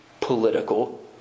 political